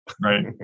Right